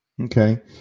Okay